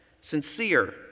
sincere